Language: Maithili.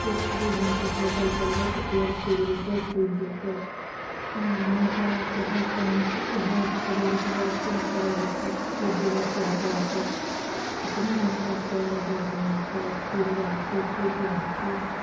एक से दू घण्टा पैदल चलबय तऽ पयर फूलि जेतइ सूजि जेतइ आओर हुनका अर तऽ इएह काम छै इएह करय लए राति दिन पड़य होतय बहुदिवस यात्रापर तऽ केतना हुनका पयरमे दर्द हुए होतय फूलि जाइ होतय सूजि जाय होतय